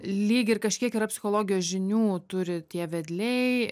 lyg ir kažkiek yra psichologijos žinių turi tie vedliai